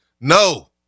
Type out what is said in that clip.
No